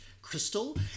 crystal